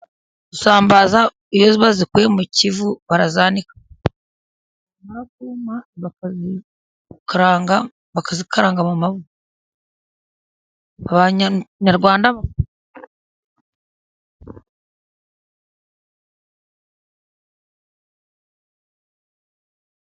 Isambaza iyo bazikuye mu Kivu barazanika, zamara Kuma bakazikaranga mu mavuta.